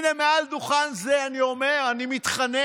הינה, מעל דוכן זה אני אומר, אני מתחנן